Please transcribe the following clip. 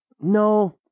No